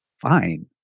fine